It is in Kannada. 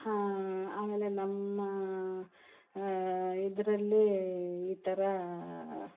ಆ ಆಮೇಲೆ ನಮ್ಮ ಇದ್ರಲ್ಲಿ ಈ ಥರಾ